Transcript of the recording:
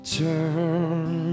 turn